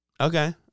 Okay